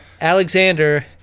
Alexander